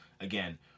Again